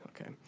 Okay